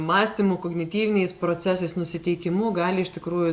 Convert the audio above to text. mąstymu kognityviniais procesais nusiteikimu gali iš tikrųjų